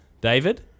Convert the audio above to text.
David